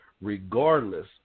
regardless